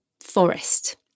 forest